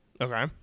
Okay